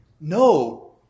No